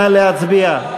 נא להצביע.